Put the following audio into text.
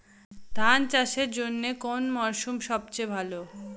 ধান চাষের জন্যে কোন মরশুম সবচেয়ে ভালো?